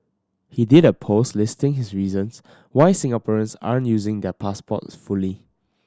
he did a post listing his reasons why Singaporeans are using their passports fully